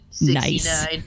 Nice